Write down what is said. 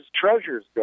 treasures